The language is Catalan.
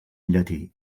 llatí